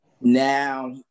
now